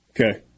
Okay